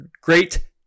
great